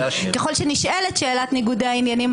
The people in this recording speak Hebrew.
ככל שנשאלת שאלת ניגוד העניינים,